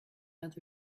other